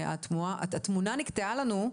התמונה נקטעה לנו,